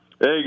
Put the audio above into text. Hey